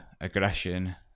aggression